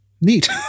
neat